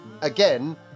again